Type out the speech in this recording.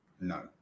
No